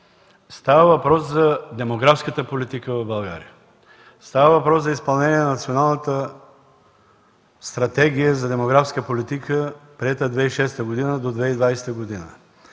става въпрос за демографската политика в България; става въпрос за изпълнението на Националната стратегия за демографска политика, приета 2006 г., до 2020 г.;